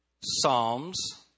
Psalms